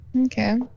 Okay